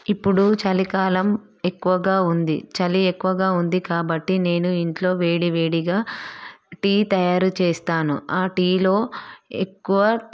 ఇప్పుడు చలికాలం ఎక్కువగా ఉంది చలి ఎక్కువగా ఉంది కాబట్టి నేను ఇంట్లో వేడివేడిగా టీ తయారు చేస్తాను ఆ టీలో ఎక్కువ